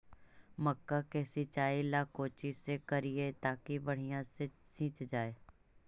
मक्का के सिंचाई ला कोची से करिए ताकी बढ़िया से सींच जाय?